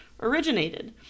originated